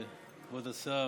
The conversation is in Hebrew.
כבוד השר,